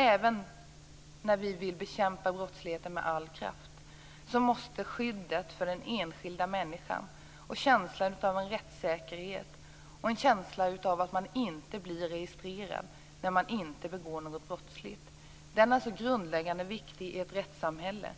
Även om vi vill bekämpa brottsligheten med all kraft, måste skyddet för den enskilda människan och känslan av rättssäkerhet och känslan av att man inte blir registrerad när man inte begår något brottsligt vara av grundläggande vikt i ett rättssamhälle.